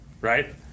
right